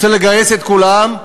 רוצה לגייס את כולם,